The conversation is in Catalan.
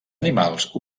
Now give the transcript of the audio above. animals